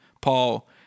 Paul